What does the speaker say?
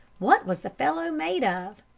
what was the fellow made of?